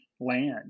land